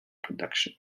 production